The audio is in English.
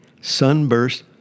sunburst